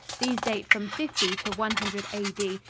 these date from fifty to one hundred a d.